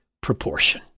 proportion